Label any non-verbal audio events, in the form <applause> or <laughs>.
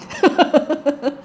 <laughs>